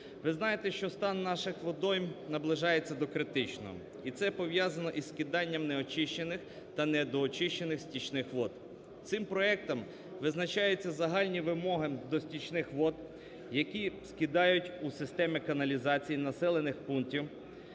Ви знаєте, що стан наших водойм наближається до критичного. І це пов'язано із вкиданням неочищених та недоочищених стічних вод. Цим проектом визначаються загальні вимоги до стічних вод, які скидають у системи каналізацій населених пунктів,